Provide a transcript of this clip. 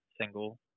single